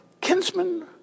kinsman